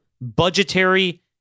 budgetary